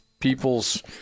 people's